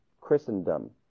Christendom